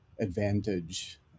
advantage